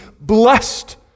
blessed